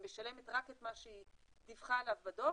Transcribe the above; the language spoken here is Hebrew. היא משלמת רק את מה שהיא דיווחה עליו בדוח